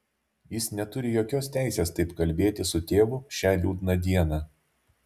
jis neturi jokios teisės taip kalbėti su tėvu šią liūdną dieną